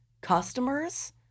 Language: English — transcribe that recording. customers